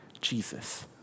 Jesus